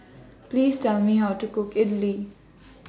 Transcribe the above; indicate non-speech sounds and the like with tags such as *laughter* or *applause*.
*noise* Please Tell Me How to Cook Idili *noise*